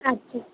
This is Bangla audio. আচ্ছা